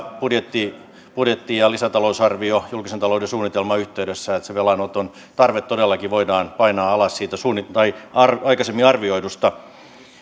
budjetin budjetin ja lisätalousarvion julkisen talouden suunnitelman yhteydessä että se velanoton tarve todellakin voidaan painaa alas siitä aikaisemmin arvioidusta